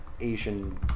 Asian